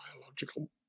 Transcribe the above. biological